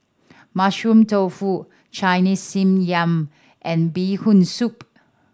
Mushroom Tofu Chinese Steamed Yam and Bee Hoon Soup